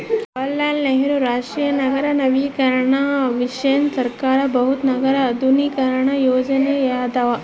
ಜವಾಹರಲಾಲ್ ನೆಹರು ರಾಷ್ಟ್ರೀಯ ನಗರ ನವೀಕರಣ ಮಿಷನ್ ಸರ್ಕಾರದ ಬೃಹತ್ ನಗರ ಆಧುನೀಕರಣ ಯೋಜನೆಯಾಗ್ಯದ